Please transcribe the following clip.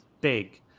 big